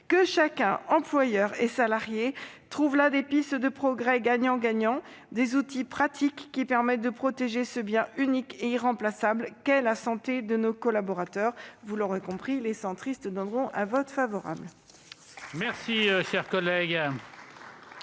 Que chacun, employeur et salarié, trouve là des pistes de progrès gagnant-gagnant, des outils pratiques qui permettent de protéger ce bien unique et irremplaçable qu'est la santé de nos collaborateurs. Vous l'aurez compris, les centristes voteront ce texte. La parole est